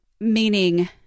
Meaning